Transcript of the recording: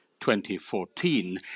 2014